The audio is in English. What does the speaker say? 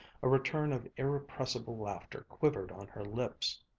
a return of irrepressible laughter quivered on her lips.